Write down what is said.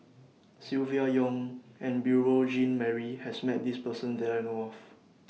Silvia Yong and Beurel Jean Marie has Met This Person that I know of